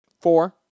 Four